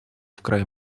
вкрай